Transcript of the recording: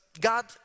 God